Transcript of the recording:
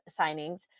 signings